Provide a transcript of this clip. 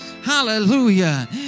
Hallelujah